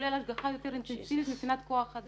כולל השגחה יותר אינטנסיבית מבחינת כוח אדם.